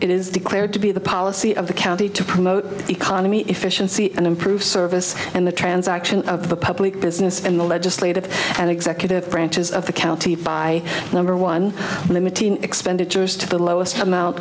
it is declared to be the policy of the county to promote economy efficiency and improve service and the transaction of the public business in the legislative and executive branches of the county by number one limiting expenditures to the lowest amount